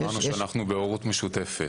אמרנו שאנחנו בהורות משותפת.